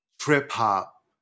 trip-hop